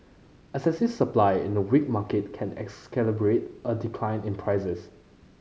excessive supply in a weak market can exacerbate a decline in prices